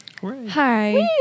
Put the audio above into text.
Hi